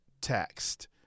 text